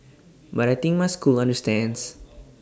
but I think my school understands